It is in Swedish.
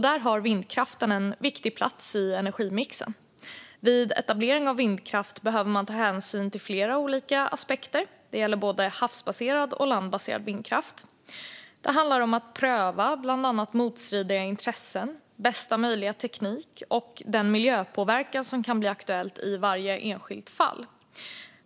Där har vindkraft en viktig plats i energimixen. Vid etablering av vindkraft behöver man ta hänsyn till flera olika aspekter. Det gäller både havsbaserad och landbaserad vindkraft. Det handlar om att pröva bland annat motstridiga intressen, bästa möjliga teknik och den miljöpåverkan som kan bli aktuell i varje enskilt fall.